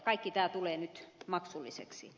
kaikki tämä tulee nyt maksulliseksi